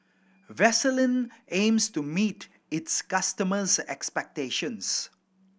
Vaselin aims to meet its customers' expectations